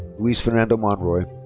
luis fernando monroy.